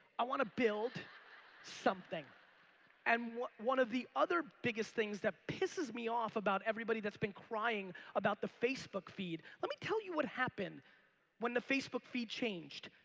i want to build something and one of the other biggest things that pisses me off about everybody that's been crying about the facebook feed. let me tell you what happened when the facebook feed changed.